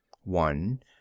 One